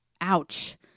Ouch